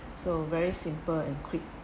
so very simple and quick